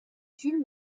jules